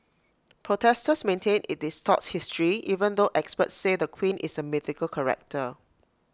protesters maintain IT distorts history even though experts say the queen is A mythical character